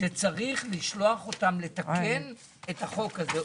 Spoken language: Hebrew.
שצריך לשלוח אותם לתקן את החוק הזה.